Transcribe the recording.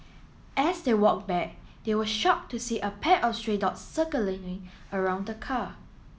as they walked back they were shocked to see a pack of stray dogs circling around the car